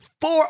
four